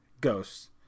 Ghosts